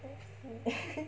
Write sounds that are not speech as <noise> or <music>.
<laughs>